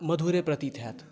मधुरे प्रतीत होयत